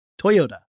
Toyota